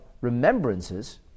remembrances